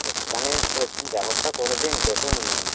একটুখানি সেরকম ব্যবস্থা করে দিন দেখুন